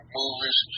movies